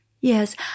yes